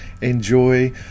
Enjoy